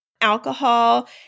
Alcohol